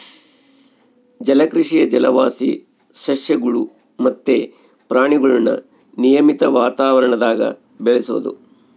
ಜಲಕೃಷಿಯು ಜಲವಾಸಿ ಸಸ್ಯಗುಳು ಮತ್ತೆ ಪ್ರಾಣಿಗುಳ್ನ ನಿಯಮಿತ ವಾತಾವರಣದಾಗ ಬೆಳೆಸೋದು